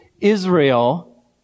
Israel